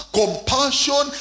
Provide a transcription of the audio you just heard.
compassion